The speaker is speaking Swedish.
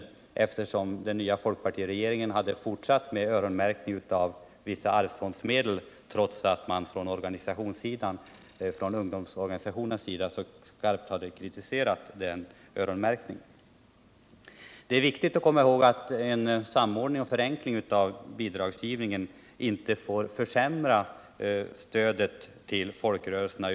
Orsaken var den att folkpartiregeringen har fortsatt med öronmärkning av vissa arvfondsmedel, trots att man från ungdomsorganisationernas sida så starkt kritiserat denna öronmärkning. Det är viktigt att komma ihåg att en samordning och förenkling av bidragsgivningen inte får försämra stödet till folkrörelserna.